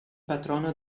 patrono